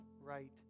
right